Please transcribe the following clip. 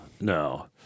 no